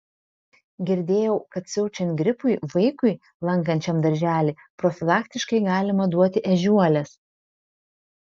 girdėjau kad siaučiant gripui vaikui lankančiam darželį profilaktiškai galima duoti ežiuolės